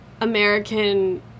American